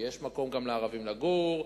יש מקום גם לערבים לגור,